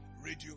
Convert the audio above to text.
radio